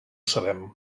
sabem